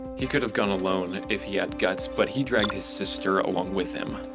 he could have gone alone if he had guts. but he dragged his sister along with him.